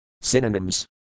Synonyms